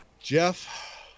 Jeff